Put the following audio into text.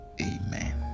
amen